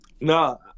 No